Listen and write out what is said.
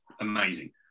amazing